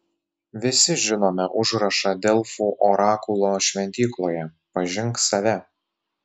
visi žinome užrašą delfų orakulo šventykloje pažink save